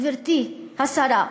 גברתי השרה,